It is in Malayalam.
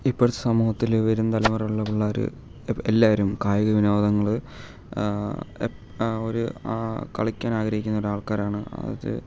ഇപ്പോൾ സമൂഹത്തിൽ വരും തലമുറയിലുള്ള പിള്ളേർ എല്ലാവരും കായിക വിനോദങ്ങൾ ഒരു കളിക്കാനാഗ്രഹിക്കുന്ന ഒരാൾക്കാരാണ്